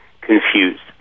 confused